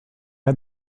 had